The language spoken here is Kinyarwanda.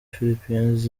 philippines